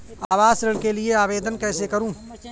आवास ऋण के लिए आवेदन कैसे करुँ?